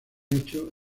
hecho